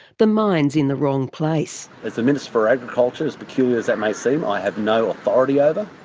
the mine's in the wrong place. as the minister for agriculture, as peculiar as it may seem i have no authority over,